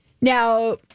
Now